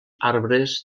arbres